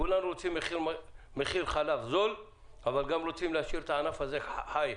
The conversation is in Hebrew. כולם רוצים מחיר חלב זול אבל גם רוצים להשאיר את הענף הזה חי,